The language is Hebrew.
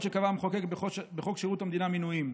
שקבע המחוקק בחוק שירות המדינה (מינויים).